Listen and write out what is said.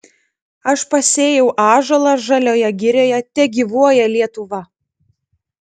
aš pasėjau ąžuolą žalioje girioje tegyvuoja lietuva